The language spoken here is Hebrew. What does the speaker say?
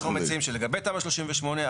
אנחנו מציעים שלגבי תמ"א 38,